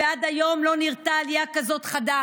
ועד היום לא נראתה עלייה כזאת חדה